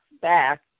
back